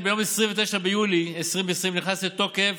ביום 29 ביולי 2020 נכנס לתוקף